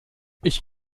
ich